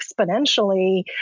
exponentially